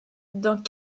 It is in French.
dans